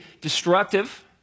destructive